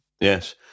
Yes